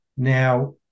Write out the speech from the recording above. Now